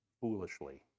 foolishly